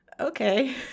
Okay